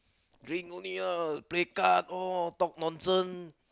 drink only lah play card all talk nonsense